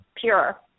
pure